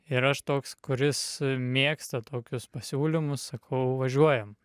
ir aš toks kuris mėgsta tokius pasiūlymus sakau važiuojam